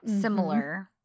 similar